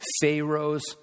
Pharaoh's